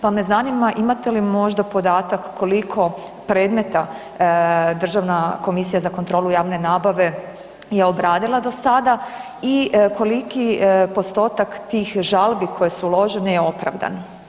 Pa me zanima imate li možda podatak koliko predmeta Državna komisija za kontrolu postupaka javne nabave je obradila do sada i koliki postotak tih žalbi koje su uložene je opravdan?